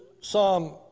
Psalm